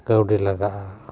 ᱠᱟᱹᱣᱰᱤ ᱞᱟᱜᱟᱜᱼᱟ